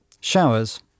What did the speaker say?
Showers